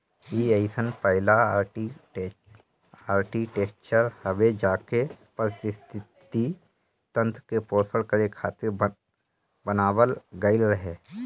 इ अइसन पहिला आर्कीटेक्चर हवे जेके पारिस्थितिकी तंत्र के पोषण करे खातिर बनावल गईल रहे